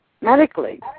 medically